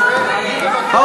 מי שסוגרת מפעלים,